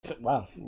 Wow